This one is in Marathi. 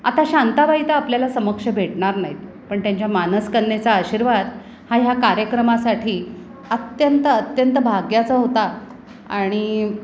आता शांताबाई तर आपल्याला समक्ष भेटणार नाहीत पण त्यांच्या मानसकन्येचा आशीर्वाद हा ह्या कार्यक्रमासाठी अत्यंत अत्यंत भाग्याचा होता आणि